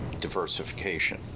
diversification